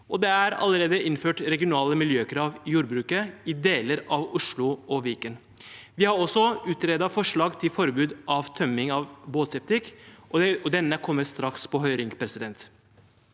Det er allerede innført regionale miljøkrav i jordbruket i deler av Oslo og Viken. Vi har også utredet forslag til forbud mot tømming av båtseptik, og denne kommer straks på høring. Selv der